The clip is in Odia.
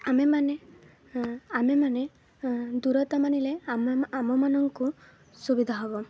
ଆମେମାନେ ଆମେମାନେ ଦୂରତା ମାନିଲେ ଆମମାନଙ୍କୁ ସୁବିଧା ହବ